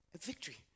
victory